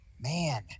Man